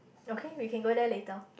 okay we can go there later